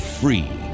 free